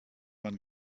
man